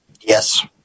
Yes